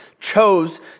chose